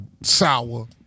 sour